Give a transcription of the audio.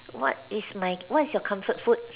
what is my what is your comfort food